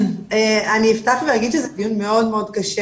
אני אפתח ואגיד שזה דיון מאוד מאוד קשה,